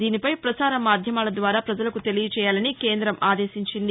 దీనిపై ప్రసార మాధ్యమాల ద్వారా పజలకు తెలియజేయాలని కేంద్రం ఆదేశించింది